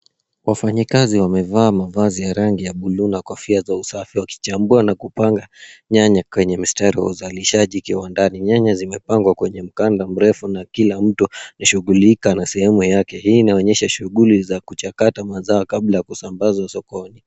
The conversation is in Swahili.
Wafanyikazi wamevaa mavazi ya rangi ya buluu na kofia za usafi wakichambua na kupanga nyanya kwenye mistari ya uzalishaji ikiwa ndani, nyanya zimepangwa kwenye mkanda mrefu na kila mtu anashugulika na sehemu yake, hii inaonyesha shuguli za kuchakata mazao kabla ya kusambaza sokoni.